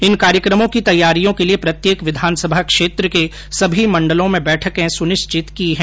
इन कार्यकमो की तैयारियों के लिये प्रत्येक विधानसभा क्षेत्र के सभी मण्डलों में बैठकें सुनिश्चित की है